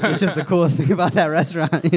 which is the coolest thing about that restaurant, you